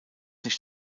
nicht